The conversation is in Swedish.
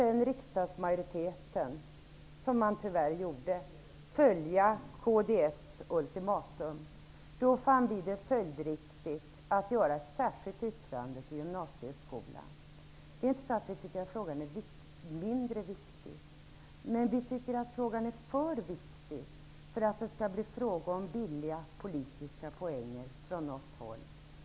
Om riksdagsmajoriteten då skulle följa kds ultimatum -- som den tyvärr gjorde -- skulle vi finna det följdriktigt med ett särskilt yttrande beträffande gymnasieskolan. Det är inte så att vi inte tycker att frågan är mindre viktig, men vi tycker att frågan är för viktig för att det skall bli fråga om billiga politiska poänger från något håll.